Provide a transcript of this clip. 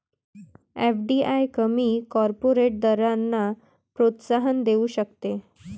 FDI कमी corporate दरांना प्रोत्साहन देऊ शकते